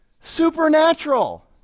supernatural